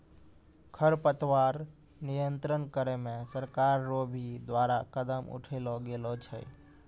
खरपतवार नियंत्रण करे मे सरकार रो भी द्वारा कदम उठैलो गेलो छै